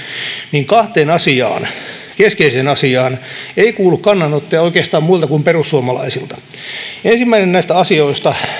niin kahteen keskeiseen asiaan ei kuulu kannanottoja oikeastaan muilta kuin perussuomalaisilta ensimmäinen näistä asioista